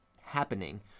happening